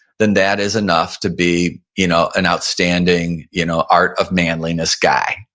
then that is enough to be you know an outstanding you know art of manliness guy,